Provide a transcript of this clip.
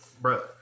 Bro